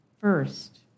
First